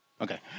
Okay